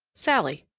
sallie.